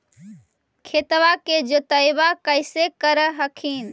खेतबा के जोतय्बा कैसे कर हखिन?